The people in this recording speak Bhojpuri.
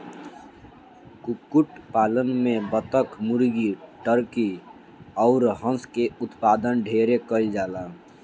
कुक्कुट पालन में बतक, मुर्गी, टर्की अउर हंस के उत्पादन ढेरे कईल जाला